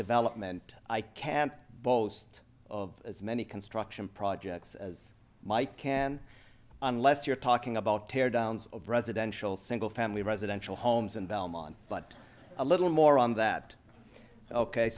development i can't boast of as many construction projects as my can unless you're talking about tear downs of residential single family residential homes and belmont but a little more on that ok